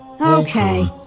Okay